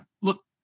Look